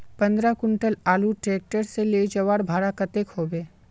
पंद्रह कुंटल आलूर ट्रैक्टर से ले जवार भाड़ा कतेक होबे?